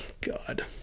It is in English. God